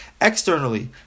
externally